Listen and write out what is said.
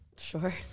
Sure